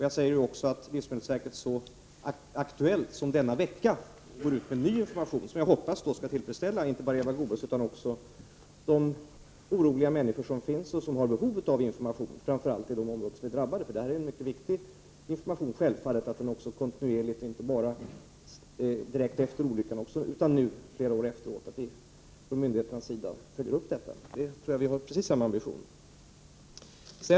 Jag säger ju också att livsmedelsverket går ut med en ny information, så aktuell som i denna vecka, som jag hoppas skall tillfredsställa inte bara Eva Goés utan också de oroliga människor som har behov av information, speciellt i de områden som är drabbade. Det är självfallet viktigt att man från myndigheternas sida följer upp detta med information, inte bara direkt efter olyckan utan också nu, flera år efteråt. På den punkten tror jag vi har precis samma ambition.